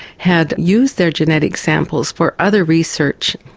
had used their genetic samples for other research